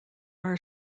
are